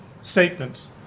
statements